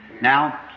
Now